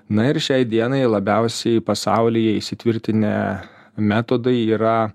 na ir šiai dienai labiausiai pasaulyje įsitvirtinę metodai yra